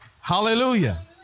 Hallelujah